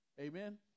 Amen